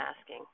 asking